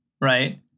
right